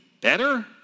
better